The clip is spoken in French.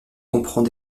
comprend